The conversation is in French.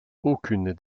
aucune